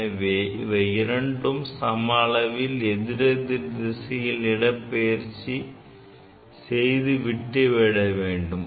எனவே இவை இரண்டும் சம அளவில் எதிரெதிர் திசையில் இடப்பெயர்ச்சி செய்து விட்டு விட வேண்டும்